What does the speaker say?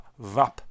Vap